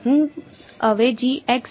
હું અવેજી x y કરી શકું છું